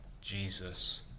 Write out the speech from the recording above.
Jesus